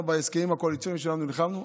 בהסכמים הקואליציוניים שלנו נלחמנו,